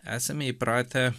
esame įpratę